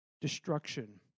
destruction